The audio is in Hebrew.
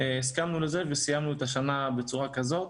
הסכמנו לזה וסיימנו את השנה בצורה כזאת.